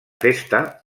festa